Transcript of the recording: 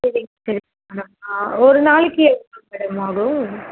சரிங்க சரிங்க மேடம் ஆ ஒரு நாளைக்கு எவ்வளோ மேடம் ஆகும்